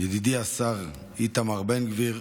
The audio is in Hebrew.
ידידי השר איתמר בן גביר,